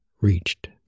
reached